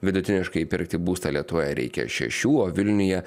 vidutiniškai įpirkti būstą lietuvoje reikia šešių o vilniuje